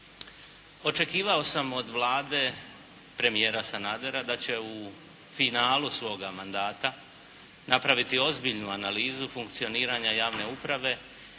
Očekivao sam od Vlade premijera Sanadera da će u finalu svoga mandata napraviti ozbiljnu analizu funkcioniranja javne uprave